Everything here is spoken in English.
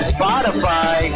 Spotify